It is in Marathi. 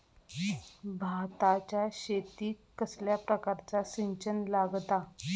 भाताच्या शेतीक कसल्या प्रकारचा सिंचन लागता?